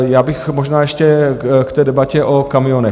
Já bych možná ještě k té debatě o kamionech.